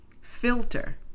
Filter